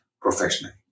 professionally